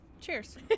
cheers